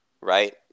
right